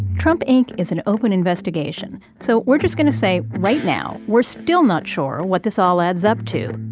trump, inc. is an open investigation. so we're just going to say right now, we're still not sure what this all adds up to.